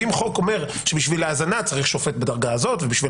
אם החוק אומר שבשביל האזנה צריך שופט בדרגה הזאת ובשביל